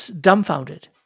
dumbfounded